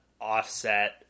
offset